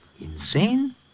insane